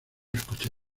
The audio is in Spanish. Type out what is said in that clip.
escucha